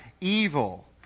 evil